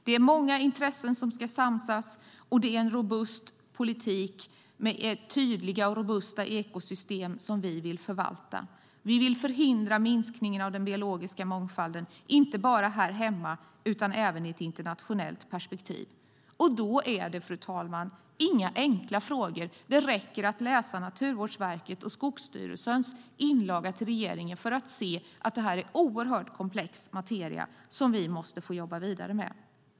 Det är många intressen som ska samsas, och det är en robust politik med tydliga och robusta ekosystem vi vill förvalta. Vi vill förhindra minskningen av den biologiska mångfalden, inte bara här hemma utan även i ett internationellt perspektiv. Det är, fru talman, inga enkla frågor. Det räcker att läsa Naturvårdsverkets och Skogsstyrelsens inlaga till regeringen för att se att detta är en oerhört komplex materia som vi måste få jobba vidare med.